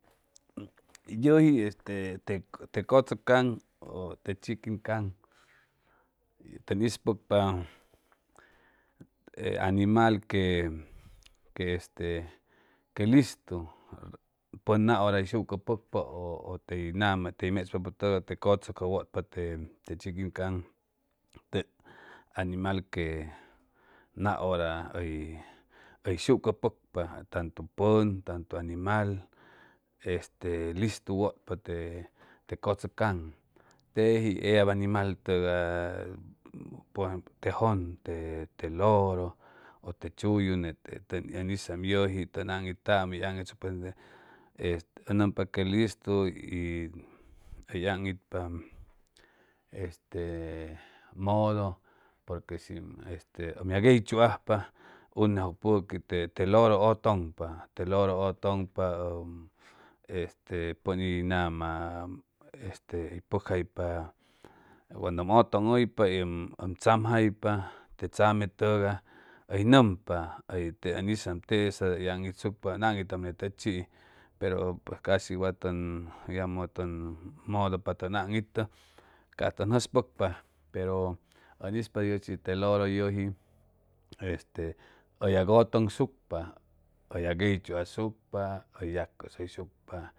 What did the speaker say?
Le este te cotzoc hong t techikg hong teng ispocpa agmal que que este que listu pon ga ora t sucu poepa o tej gama tei melscpa togar te cotsoye wotpa techikg hong teb agmal que ga ora bj sucu poepa tantu pon tantu agmal este listu wotpa te cotzoc hong lej ellab agmal togay. Por ejemplo, jog te loro b te chuju gete tong tong isaom yuj jog ong itaom t agj itsupoom gete ongompa este listu oj amj itpa este modo por que sim este a jog ejchu ajpa uge edjpoquj te loro otogpa te loro otogpa o pon este nj nama peojopa cungo um otong tjpa y om tsamjapa. T same togar oj gompa te tn isaom tesa ongjtsucpa o ong itaom gete ochj, pero pues cosi wad tog, jamo tog modo pa tong ong ito ca teng jspocpa pero ispa ochj te loro tej este jag etjgnscupa o jag ejchu asucpa o yacosoysucpa